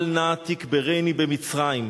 אל נא תקברני במצרים.